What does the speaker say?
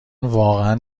واقعا